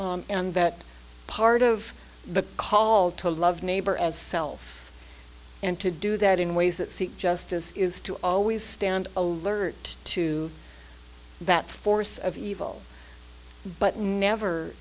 that part of the call to love neighbor as self and to do that in ways that seek justice is to always stand alert to that force of evil but never